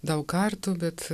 daug kartų bet